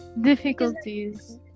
Difficulties